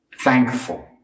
thankful